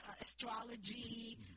astrology